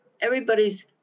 everybody's